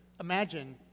Imagine